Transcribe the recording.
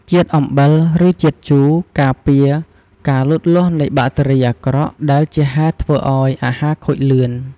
ជាតិអំបិល ឬ ជាតិជូរ ការពារការលូតលាស់នៃបាក់តេរីអាក្រក់ដែលជាហេតុធ្វើឲ្យអាហារខូចលឿន។